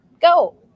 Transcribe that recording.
Go